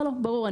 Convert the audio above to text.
ברור.